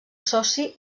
soci